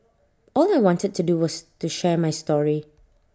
all I wanted to do was to share my story